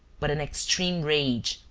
but an extreme rage,